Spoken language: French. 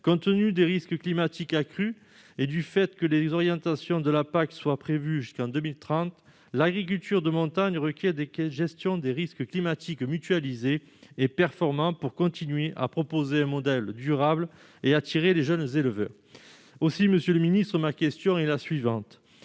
compte tenu des risques climatiques accrus et du fait que les orientations de la PAC sont prévues pour durer jusqu'en 2030, l'agriculture de montagne requiert la mise en place de modes de gestion des risques climatiques mutualisés et performants afin que nous puissions continuer de proposer un modèle durable et d'attirer les jeunes éleveurs. Aussi, monsieur le ministre, ma question est la suivante